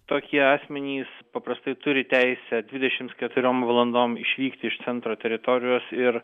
tokie asmenys paprastai turi teisę dvidešimt keturiom valandom išvykti iš centro teritorijos ir